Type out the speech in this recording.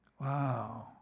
Wow